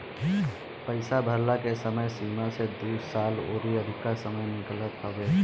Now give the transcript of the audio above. पईसा भरला के समय सीमा से दू साल अउरी अधिका समय मिलत हवे